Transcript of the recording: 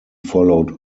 followed